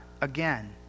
again